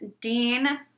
Dean